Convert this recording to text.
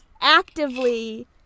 actively